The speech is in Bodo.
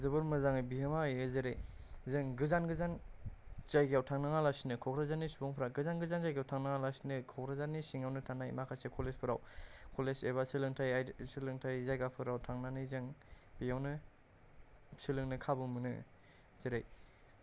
जोबोर मोजाङै बिहोमा होयो जेरै जों गोजान गोजान जायगायाव थांनाङा लासिनो क'क्राझारनि सुबुंफोरा गोजान गोजान जायगायाव थांनाङा लासिनो क'क्राझारनिनो सिङाव थानाय माखासे कलेजफोराव कलेज एबा सोलोंथाइ सोलोंथाइ जायगाफोराव थांनानै जों बेयावनो सोलोंनाय खाबु मोनो जेरै